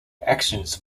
actions